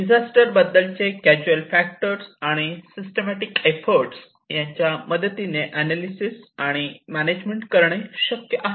disaster बद्दलचे casual factor आणि systematic efforts यांच्या मदतीने अनालिसेस आणि मॅनेजमेंट करणे शक्य आहे